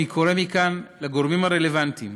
אני קורא מכאן לגורמים הרלוונטיים